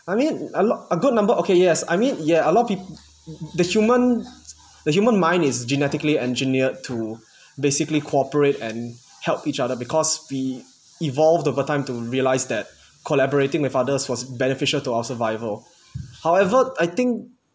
I mean a lot a good number okay yes I mean ya a lot pe~ t~ the human the human mind is genetically engineered to basically cooperate and help each other because we evolved over time to realise that collaborating with others was beneficial to our survival however I think